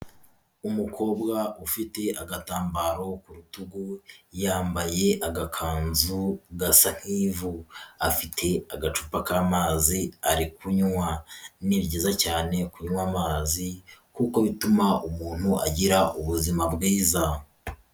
Umukobwa ufite agatambaro ku rutugu yambaye agakanzu gasa nk'ivu, afite agacupa k'amazi ari kunywa, ni byiza cyane kunywa amazi kuko bituma umuntu agira ubuzima bwiza.